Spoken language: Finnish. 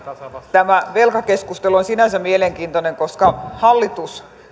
tämä velkakeskustelu on sinänsä mielenkiintoinen koska hallitus